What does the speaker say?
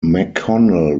mcconnell